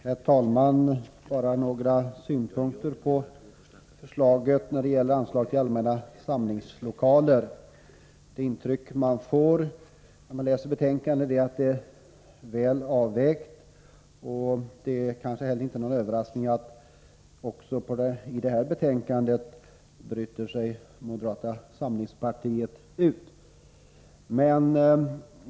Herr talman! Bara några synpunkter på förslaget när det gäller anslag till allmänna samlingslokaler. Det intryck man får när man läser betänkandet är att det är väl avvägt. Det kanske inte heller är någon överraskning att moderata samlingspartiet bryter sig ut också i detta betänkande.